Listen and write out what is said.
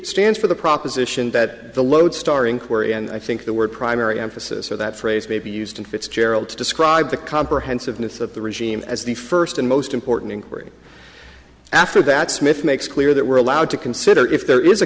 stands for the proposition that the lodestar inquiry and i think the word primary emphasis of that phrase may be used in fitzgerald to describe the comprehensiveness of the regime as the first and most important inquiry after that smith makes clear that we're allowed to consider if there is a